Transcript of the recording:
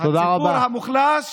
הציבור המוחלש,